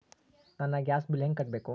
ನನ್ನ gas bill ಹೆಂಗ ಕಟ್ಟಬೇಕು?